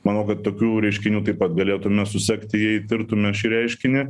manau kad tokių reiškinių taip pat galėtume susekti jei tirtume šį reiškinį